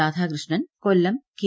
Radhakrishnan Kollam K